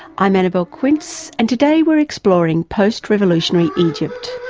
i'm annabelle quince and today we're exploring postrevolutionary egypt.